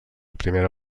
primera